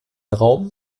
raum